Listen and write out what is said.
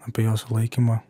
apie jo sulaikymą